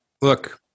look